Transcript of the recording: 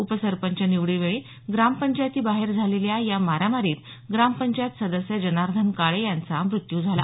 उपसरपंच निवडीवेळी ग्रामपंचायतीबाहेर झालेल्या या मारामारीत ग्रामपंचायत सदस्य जनाधेन काळे यांचा मृत्यू झाला